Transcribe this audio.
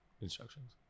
Instructions